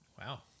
Wow